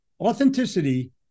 authenticity